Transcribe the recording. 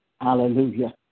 hallelujah